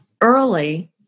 early